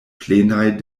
plenaj